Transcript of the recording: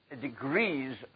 degrees